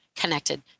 connected